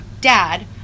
dad